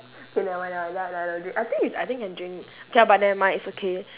K never mind never mind then then I don't drink I think is I think can drink K ah but never mind it's okay